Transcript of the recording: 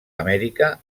amèrica